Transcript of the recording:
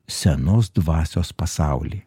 senos dvasios pasaulį